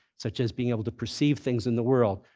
such as being able to perceive things in the world,